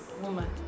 woman